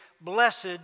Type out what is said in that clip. Blessed